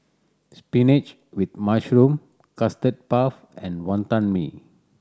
spinach with mushroom Custard Puff and Wonton Mee